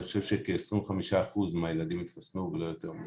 אני חושב שכ-25 אחוז מהילדים התחסנו ולא יותר מזה.